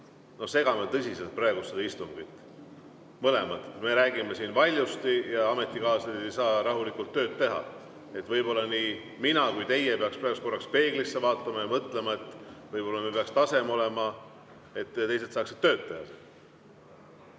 segame tõsiselt praegu seda istungit. Me mõlemad. Me räägime siin valjusti ja ametikaaslased ei saa rahulikult tööd teha. Võib-olla nii mina kui ka teie peaksime korraks peeglisse vaatama ja mõtlema, et võib-olla me peaks tasem olema, et teised saaksid siin tööd teha.